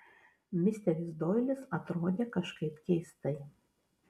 misteris doilis atrodė kažkaip keistai